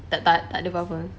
tot~ tot~ tak ada apa-apa